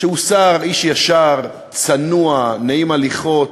שהוא שר, איש ישר, צנוע, נעים הליכות,